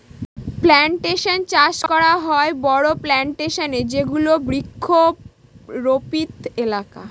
plantation চাষ করা হয় বড়ো প্লানটেশনে যেগুলো বৃক্ষরোপিত এলাকা